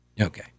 Okay